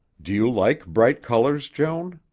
do you like bright colors, joan?